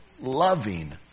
loving